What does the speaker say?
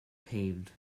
paved